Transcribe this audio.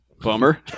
Bummer